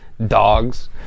Dogs